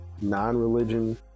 non-religion